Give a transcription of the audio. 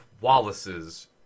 Wallace's